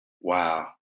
wow